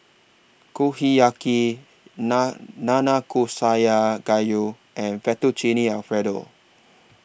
Kushiyaki Nanakusa Gayu and Fettuccine Alfredo